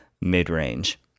mid-range